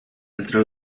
entre